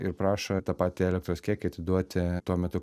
ir prašo tą patį elektros kiekį atiduoti tuo metu